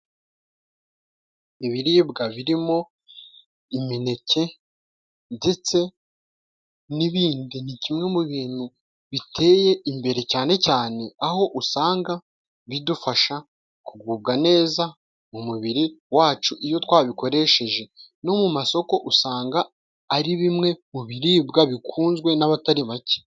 Ibiribwa birimo imineke ndetse n'ibindi ni kimwe mu bintu biteye imbere cyane cyane aho usanga bidufasha kugubwa neza mu mubiri wacu iyo twabikoresheje, no mu masoko usanga ari bimwe mu biribwa bikunzwe n'abatari bake.